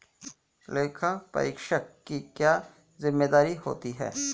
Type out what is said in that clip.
लेखापरीक्षक की क्या जिम्मेदारी होती है?